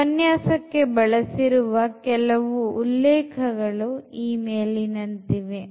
ಉಪನ್ಯಾಸಕ್ಕೆ ಬಳಸಿರುವ ಉಲ್ಲೇಖಗಳು ಈ ಮೇಲಿನಂತಿವೆ